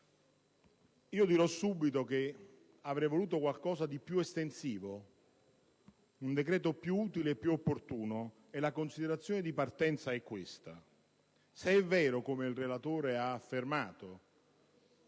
Dico subito che avrei voluto qualcosa di più estensivo, un decreto più utile e più opportuno. La considerazione di partenza è questa: se è vero, come il relatore ha affermato,